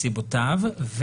מסיבותיו,